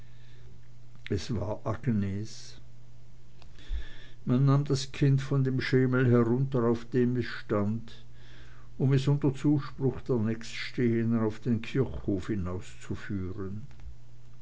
es war agnes man nahm das kind von dem schemel herunter auf dem es stand um es unter zuspruch der nächststehenden auf den kirchhof hinauszuführen